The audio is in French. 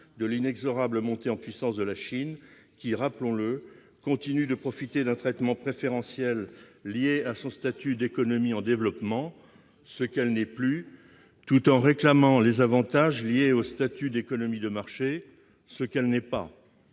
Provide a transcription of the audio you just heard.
de l'inexorable montée en puissance de la Chine, qui, rappelons-le, continue de profiter d'un traitement préférentiel lié à son statut d'économie en développement- ce qu'elle n'est plus -tout en réclamant les avantages liés au statut d'économie de marché- ce qu'elle n'est pas.